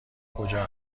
کجا